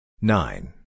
Nine